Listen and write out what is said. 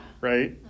Right